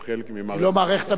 עובדה, עובדה אחרת,